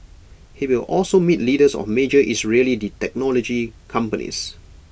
he will also meet leaders of major Israeli technology companies